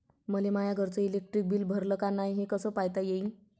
मले माया घरचं इलेक्ट्रिक बिल भरलं का नाय, हे कस पायता येईन?